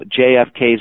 JFK's